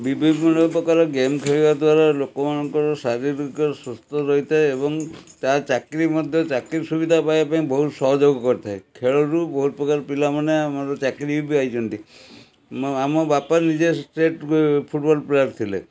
ବିଭିନ୍ନ ପ୍ରକାର ଗେମ୍ ଖେଳିବା ଦ୍ଵାରା ଲୋକମାନଙ୍କର ଶାରୀରିକ ସୁସ୍ଥ ରହିଥାଏ ଏବଂ ତାହା ଚାକିରି ମଧ୍ୟ ଚାକିରି ସୁବିଧା ପାଇବା ପାଇଁ ବହୁତ ସହଯୋଗ କରିଥାଏ ଖେଳରୁ ବହୁତ ପ୍ରକାର ପିଲାମାନେ ଆମର ଚାକିରି ବି ପାଇଛନ୍ତି ମୁଁ ଆମ ବାପା ନିଜେ ଷ୍ଟେଟ୍ ଫୁଟ୍ବଲ୍ ପ୍ଲେୟାର୍ ଥିଲେ